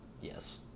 yes